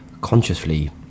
consciously